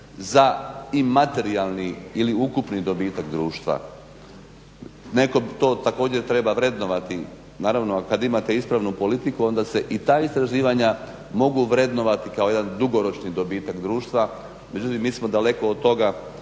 za i materijalni ili ukupni dobitak društva. Neko to također treba vrednovati, naravno kada imate ispravnu politiku onda se i ta istraživanja mogu vrednovati kao jedan dugoročni dobitak društva. Međutim mi smo daleko od toga,